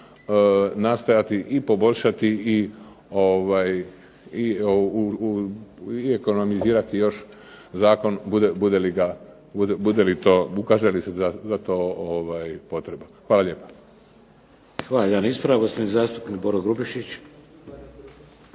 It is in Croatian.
nastojati i poboljšati i ekonomizirati još zakon, bude li to, ukaže li se za to potreba. Hvala lijepa. **Šeks, Vladimir (HDZ)** Hvala. Jedan ispravak, gospodin zastupnik Boro Grubišić.